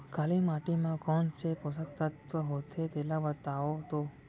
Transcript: काली माटी म कोन से पोसक तत्व होथे तेला बताओ तो?